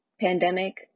pandemic